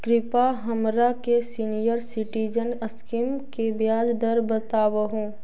कृपा हमरा के सीनियर सिटीजन स्कीम के ब्याज दर बतावहुं